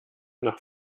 nach